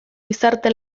gizarte